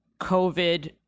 COVID